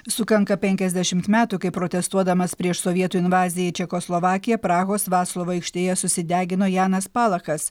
sukanka penkiasdešimt metų kai protestuodamas prieš sovietų invaziją į čekoslovakiją prahos vaclovo aikštėje susidegino janas palachas